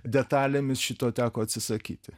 detalėmis šito teko atsisakyti